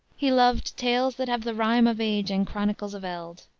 he loved tales that have the rime of age and chronicles of eld.